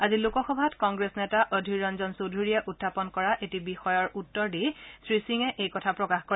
আজি লোকসভাত কংগ্ৰেছ নেতা অধীৰ ৰঞ্জন চৌধুৰীয়ে উখাপন কৰা এটি বিষয়ৰ উত্তৰ দি শ্ৰীসিঙে এই কথা প্ৰকাশ কৰে